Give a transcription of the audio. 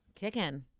Kicking